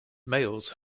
males